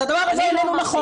אם כן, הדבר לא נכון.